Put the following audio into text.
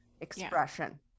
expression